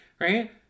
right